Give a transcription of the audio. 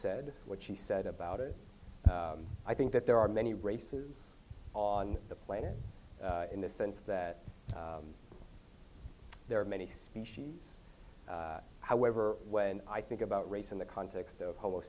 said what she said about it i think that there are many races on the planet in the sense that there are many species however when i think about race in the context of ho